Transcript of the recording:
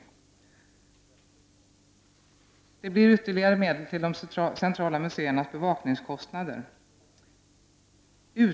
Vidare tilldelas ytterligare medel till de centrala museernas bevakningskostnader.